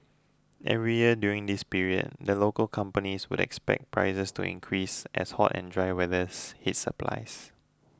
every year during this period the local companies would expect prices to increase as hot and dry weathers hits supplies